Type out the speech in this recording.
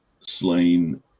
Slain